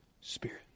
Spirit